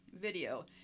video